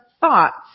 thoughts